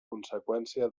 conseqüència